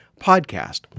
podcast